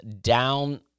down